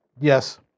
Yes